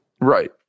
Right